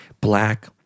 Black